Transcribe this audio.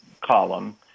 column